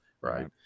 Right